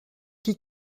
qui